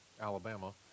alabama